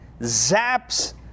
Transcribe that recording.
zaps